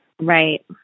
Right